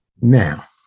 Now